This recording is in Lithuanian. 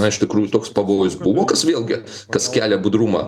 na iš tikrųjų toks pavojus buvo kas vėlgi kas kelia budrumą